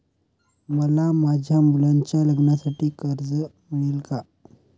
मला माझ्या मुलाच्या लग्नासाठी कर्ज मिळेल का?